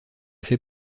fais